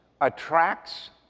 attracts